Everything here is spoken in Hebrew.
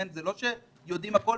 זה לא שאנחנו יודעים הכול.